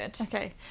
Okay